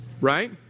right